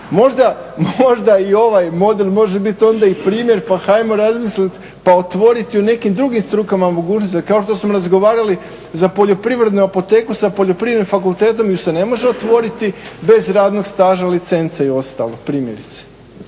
Možda i ovaj model može bit onda i primjer pa hajmo razmislit pa otvorit i u nekim drugim strukama mogućnosti, kao što smo razgovarali za poljoprivrednu apoteku sa Poljoprivrednim fakultetom ju se ne može otvoriti bez radnog staža, licence i ostalo, primjerice.